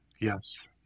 Yes